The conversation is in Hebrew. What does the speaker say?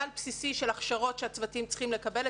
של סל בסיסי של הכשרות שהצוותים צריכים לקבל.